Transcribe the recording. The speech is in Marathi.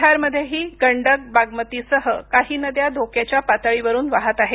बिहारमध्येही गंडक बागमतीसह काही नद्या धोक्याच्या पातळीवरून वाहत आहेत